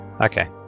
Okay